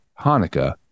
hanukkah